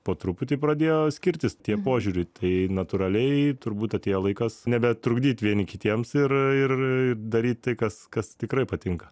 po truputį pradėjo skirtis tie požiūriai tai natūraliai turbūt atėjo laikas nebetrukdyt vieni kitiems ir ir daryt tai kas kas tikrai patinka